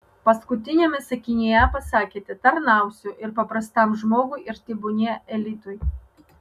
paskutiniame sakinyje pasakėte tarnausiu ir paprastam žmogui ir tebūnie elitui